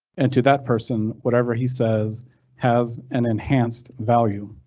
and to that person, whatever he says has an enhanced value.